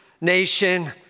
nation